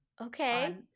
okay